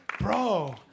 Bro